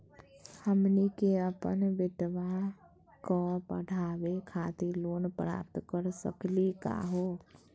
हमनी के अपन बेटवा क पढावे खातिर लोन प्राप्त कर सकली का हो?